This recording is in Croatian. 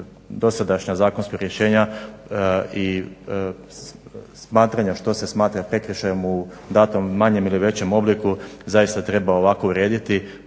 dosadašnja zakonska rješenja i smatranja, smatranja što se smatra prekršajem u datom manjem ili većem obliku zaista treba ovako urediti.